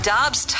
Dobbs